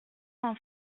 d’en